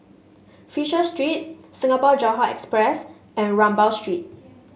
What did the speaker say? Fisher Street Singapore Johore Express and Rambau Street